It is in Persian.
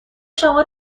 شما